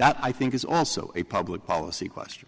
i think it's also a public policy question